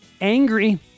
angry